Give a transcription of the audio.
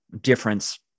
difference